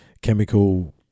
chemical